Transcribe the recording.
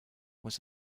was